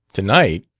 tonight?